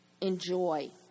enjoy